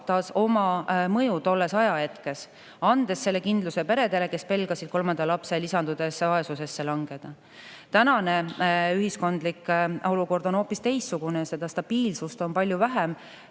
avaldas oma mõju tolles ajahetkes, andes selle kindluse peredele, kes pelgasid kolmanda lapse lisandudes vaesusesse langeda. Tänane ühiskondlik olukord on hoopis teistsugune, stabiilsust on palju vähem.